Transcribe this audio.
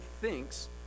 thinks